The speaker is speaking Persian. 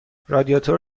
رادیاتور